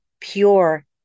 Pure